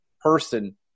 person